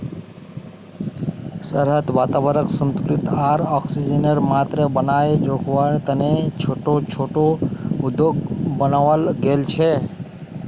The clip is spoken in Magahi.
शहरत वातावरनक संतुलित आर ऑक्सीजनेर मात्रा बनेए रखवा तने छोटो छोटो उद्यान बनाल गेल छे